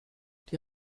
die